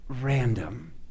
random